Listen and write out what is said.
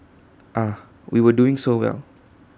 ah we were doing so well